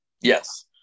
yes